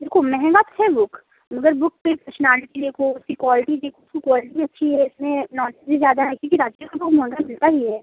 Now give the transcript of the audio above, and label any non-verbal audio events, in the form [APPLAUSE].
रुको महंगा तो है बुक मगर बुक की पर्शनेल्टी देखो उसकी क्वालिटी देखो उसकी क्वालिटी अच्छी है इसमें नोट्स भी ज़्यादा हैं क्योंकि [UNINTELLIGIBLE] को तो मॉडल मिलता ही है